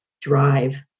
Drive